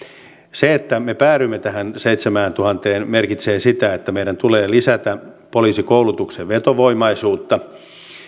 se että me päädyimme tähän seitsemääntuhanteen merkitsee sitä että meidän tulee lisätä poliisikoulutuksen vetovoimaisuutta